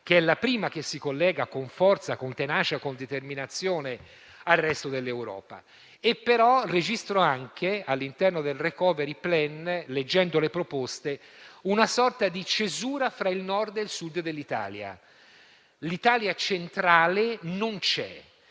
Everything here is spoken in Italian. che è la prima che si collega con forza, con tenacia e con determinazione al resto dell'Europa. Registro, però, all'interno del *recovery plan*, leggendo le proposte, anche una sorta di cesura fra il Nord e il Sud dell'Italia. L'Italia centrale non c'è